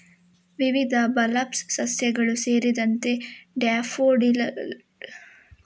ವಿವಿಧ ಬಲ್ಬಸ್ ಸಸ್ಯಗಳು ಸೇರಿದಂತೆ ಡ್ಯಾಫೋಡಿಲ್ಲುಗಳು, ಕಣ್ಪೊರೆಗಳು, ಟುಲಿಪ್ಸ್ ಬೆಳೆಸಲು ಬಳಸುತ್ತಾರೆ